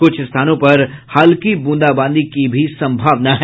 क्छ स्थानों पर हल्की ब्रंदाबांदी की भी संभावना है